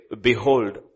Behold